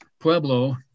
Pueblo